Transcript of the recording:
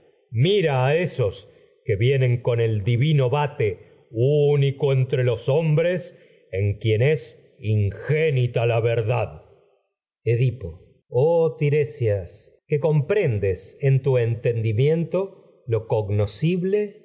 mira con esos que vienen quien el divino vate único entre los hombres edipo en es ingénita la verdad que oh tiresias cognoscible comprendes inefable no y en tu enten y